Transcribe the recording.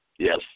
Yes